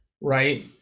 right